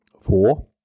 four